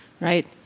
right